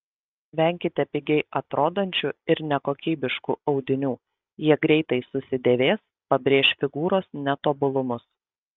venkite pigiai atrodančių ir nekokybiškų audinių jie greitai susidėvės pabrėš figūros netobulumus